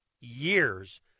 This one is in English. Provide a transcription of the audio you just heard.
years